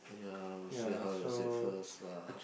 ya we will see how is it first lah